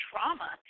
Trauma